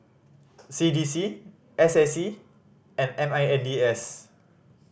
C D C S A C and M I N D S